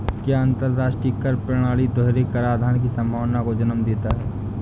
क्या अंतर्राष्ट्रीय कर प्रणाली दोहरे कराधान की संभावना को जन्म देता है?